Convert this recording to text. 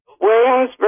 Williamsburg